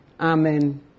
Amen